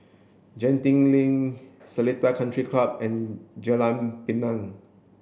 Genting Link Seletar Country Club and Jalan Pinang